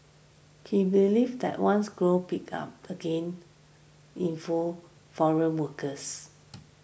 he believed that once growth picked up again inflow foreign workers